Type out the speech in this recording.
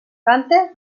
canta